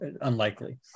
unlikely